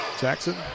Jackson